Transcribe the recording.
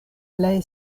plej